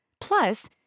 Plus